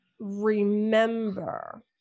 remember